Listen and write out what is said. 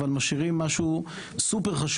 אבל משאירים משהו סופר-חשוב.